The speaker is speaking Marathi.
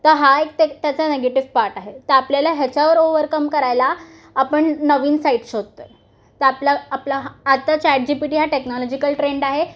तर हा एक ते त्याचा नेगेटिव्ह पार्ट आहे तर आपल्याला ह्याच्यावर ओवरकम करायला आपण नवीन साईट शोधतो आहे तर आपला आपला हा आता चॅटजीपीटी हा टेक्नॉलॉजिकल ट्रेंड आहे